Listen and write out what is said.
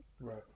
Right